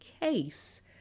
case